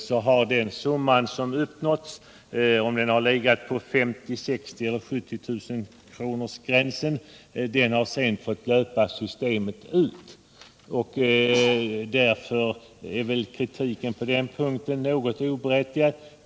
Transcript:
Den största skattesänkning som uppnåtts — oavsett om den har legat vid 50 000-, 60 000 eller 70 000-kronorsgränsen — har sedan fått löpa systemet ut. Därför är väl kritiken på den punkten något oberättigad.